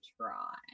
try